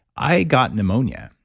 i got pneumonia.